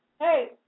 hey